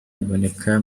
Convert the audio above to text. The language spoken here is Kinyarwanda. iboneka